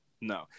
No